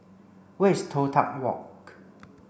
where is Toh Tuck Walk